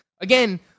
again